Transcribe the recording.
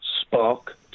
spark